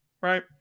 right